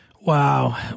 Wow